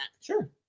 Sure